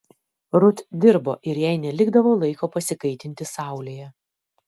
rut dirbo ir jai nelikdavo laiko pasikaitinti saulėje